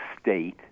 state